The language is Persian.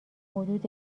حدود